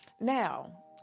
now